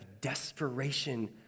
desperation